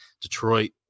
Detroit